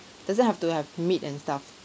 doesn't have to have meat and stuff